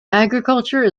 agriculture